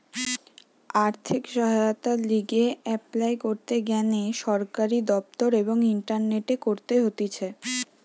আর্থিক সহায়তার লিগে এপলাই করতে গ্যানে সরকারি দপ্তর এবং ইন্টারনেটে করতে হতিছে